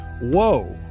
whoa